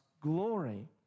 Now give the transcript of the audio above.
glory